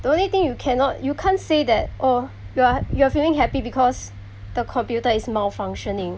the only thing you cannot you can't say that oh you are you're feeling happy because the computer is malfunctioning